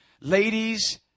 Ladies